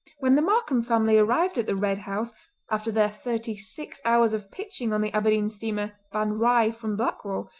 when the markam family arrived at the red house after their thirty-six hours of pitching on the aberdeen steamer ban righ from blackwall,